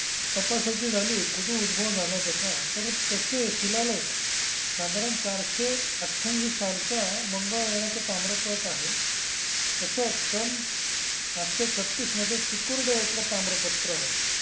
तपासायची झाली कुठून उद्भव झाला त्याचा तर त्याचे शिलालेख साधारण चारशे अठ्ठ्याऐंशी सालचा मंगळवेढाचं ताम्रपट आहे तसंच सन सातशे छत्तीसमध्ये चिकुर्डेतलं ताम्रपत्र आहे